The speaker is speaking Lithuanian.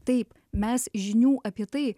taip mes žinių apie tai